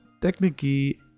technically